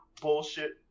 bullshit